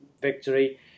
victory